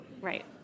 right